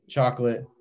Chocolate